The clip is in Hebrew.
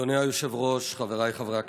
אדוני היושב-ראש, חבריי חברי הכנסת,